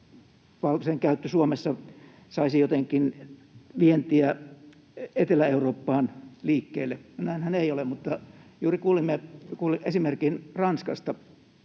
jaettavan rahan käyttö Suomessa suoraan saisi jotenkin vientiä Etelä-Eurooppaan liikkeelle. Näinhän ei ole, mutta juuri kuulimme esimerkin Ranskasta,